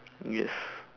yes